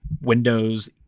Windows